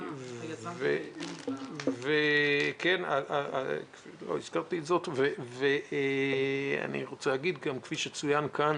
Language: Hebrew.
2. כפי שצוין כאן,